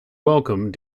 welcome